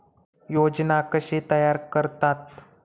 योजना कशे तयार करतात?